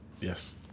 Yes